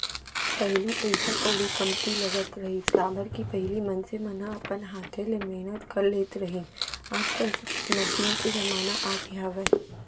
पहिली पइसा कउड़ी कमती लगत रहिस, काबर कि पहिली मनसे मन ह अपन हाथे ले मेहनत कर लेत रहिन आज काल सब मसीन के जमाना आगे हावय